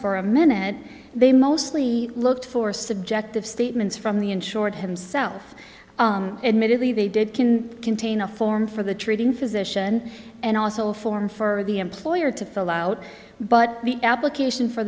for a minute they mostly look for subjective statements from the insured himself admittedly they did can contain a form for the treating physician and also a form for the employer to fill out but the application for